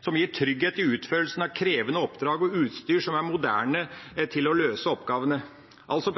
som gir trygghet i utførelsen av krevende oppdrag, og de må ha utstyr som er moderne, for å kunne løse oppgavene. Altså: